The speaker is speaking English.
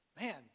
man